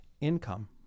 Income